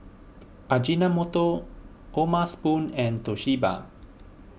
Ajinomoto O'ma Spoon and Toshiba